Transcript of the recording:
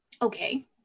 Okay